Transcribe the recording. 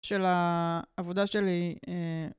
של העבודה שלי.